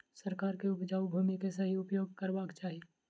सरकार के उपजाऊ भूमि के सही उपयोग करवाक चाही